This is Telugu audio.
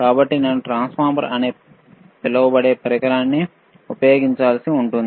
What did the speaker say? కాబట్టి నేను ట్రాన్స్ఫార్మర్ అని పిలువబడే పరికరాన్ని ఉపయోగించాల్సి ఉంటుంది